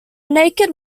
naked